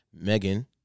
Megan